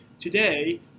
Today